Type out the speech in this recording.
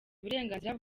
uburenganzira